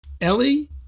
ellie